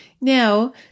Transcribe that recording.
Now